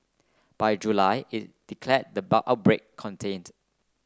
by July it declared the outbreak contained